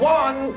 one